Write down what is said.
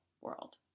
world